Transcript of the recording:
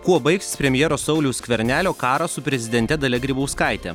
kuo baigsis premjero sauliaus skvernelio karas su prezidente dalia grybauskaite